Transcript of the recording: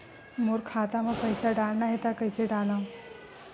मोर खाता म पईसा डालना हे त कइसे डालव?